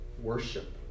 worship